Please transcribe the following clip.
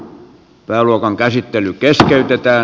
pääluokan käsittely keskeytetään